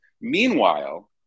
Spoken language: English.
Meanwhile